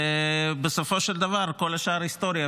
ובסופו של דבר, כל השאר היסטוריה.